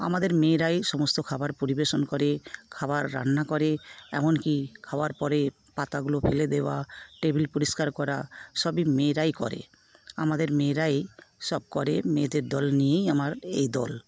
আমাদের মেয়েরই সমস্ত খাবার পরিবেশন করে খাবার রান্না করে এমন কি খাওয়ার পরে পাতাগুলো ফেলে দেওয়া টেবিল পরিষ্কার করা সবই মেয়েরাই করে আমাদের মেয়েরাই সব করে মেয়েদের দল নিয়েই আমার এই দল